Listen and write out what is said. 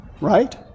right